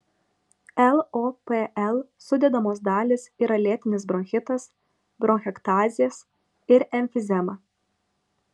lopl sudedamos dalys yra lėtinis bronchitas bronchektazės ir emfizema